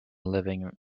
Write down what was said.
living